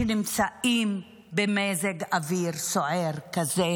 שנמצאים במזג אוויר סוער כזה